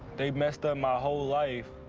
they messed up my whole life.